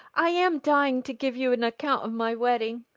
i am dying to give you an account of my wedding.